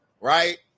right